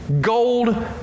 Gold